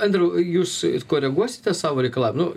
andriau jūs koreguosite savo reikalav nu